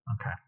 Okay